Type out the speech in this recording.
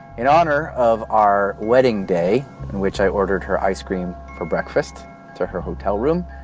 in honor of our wedding day, in which i ordered her ice cream for breakfast to her hotel room,